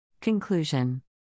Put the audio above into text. Conclusion